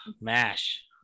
MASH